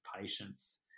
patients